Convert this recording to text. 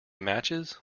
matches